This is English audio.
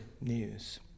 news